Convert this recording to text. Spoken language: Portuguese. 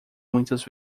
muitas